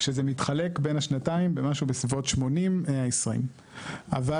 כשזה מתחלק בין השנתיים במשהו בסביבות 80/120. אבל,